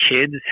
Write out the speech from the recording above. kids